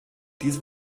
dies